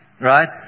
Right